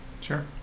sure